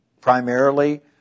primarily